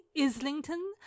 islington